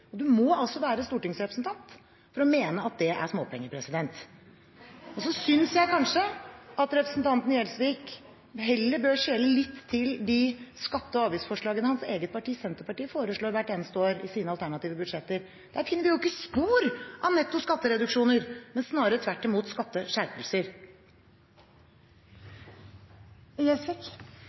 Du må være stortingsrepresentant for å mene at det er småpenger. Jeg synes kanskje at representanten Gjelsvik heller bør skjele litt til de skatte- og avgiftsforslagene hans eget parti, Senterpartiet, foreslår hvert eneste år i sine alternative budsjetter. Der finner vi jo ikke spor av netto skattereduksjoner, men snarere tvert imot: